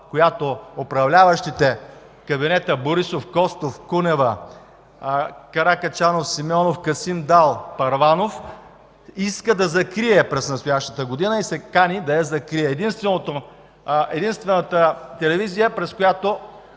която управляващите – кабинетът Борисов, Костов, Кунева, Каракачанов, Симеонов, Касим Дал, Първанов иска да закрие през настоящата година и се кани да я закрие, единствената телевизия, през която